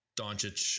Doncic